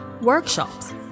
workshops